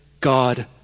God